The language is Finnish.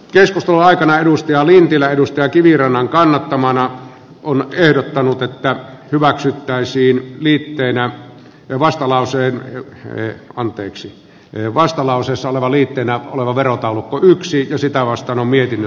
keskustelun aikana edusti oli vielä edustaa kivirannan teemana on ehdottanut että hyväksyttäisiin liitteenä ja vastalauseen hänelle anteeksi ei vastalause saleva liitteenä oleva verotaulukko yksi ja sitä arvoisa puhemies